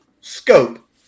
scope